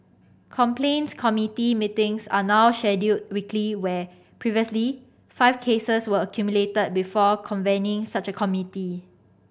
complaints committee meetings are now scheduled weekly where previously five cases were accumulated before convening such a committee